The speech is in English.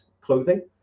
clothing